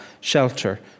shelter